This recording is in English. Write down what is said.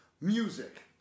Music